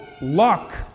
luck